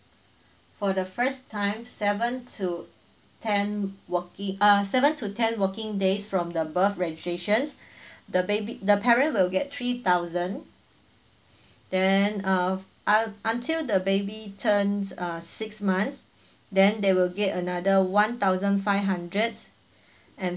for the first time seven to ten working uh seven to ten working days from the birth registrations the baby the parent will get three thousand then uh un~ until the baby turns err six months then they will get another one thousand five hundred and